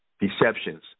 deceptions